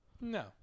No